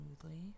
smoothly